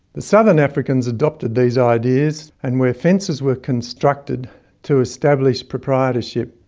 the southern africans adopted these ideas and where fences were constructed to establish proprietorship,